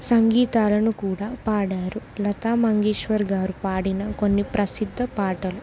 సంగీతాలను కూడా పాడారు లతా మంగేశ్వర్ గారు పాడిన కొన్ని ప్రసిద్ధ పాటలు